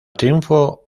triunfo